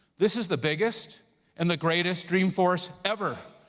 this is the biggest and the greatest dreamforce ever.